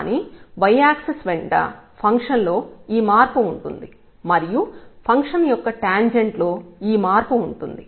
కానీ y axis వెంట function లో ఈ మార్పు ఉంటుంది మరియు ఫంక్షన్ యొక్క టాంజెంట్ లో ఈ మార్పు ఉంటుంది